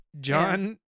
John